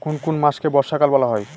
কোন কোন মাসকে বর্ষাকাল বলা হয়?